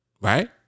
right